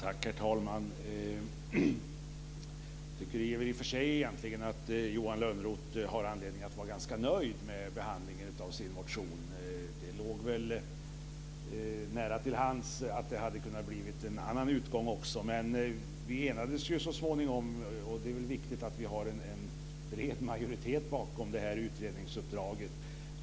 Herr talman! Jag tycker i och för sig att Johan Lönnroth har anledning att vara ganska nöjd med behandlingen av sin motion. Det låg väl också nära till hands att det kunde ha blivit en annan utgång, men vi enades så småningom, och det är väl viktigt att vi har en bred majoritet bakom utredningsuppdraget.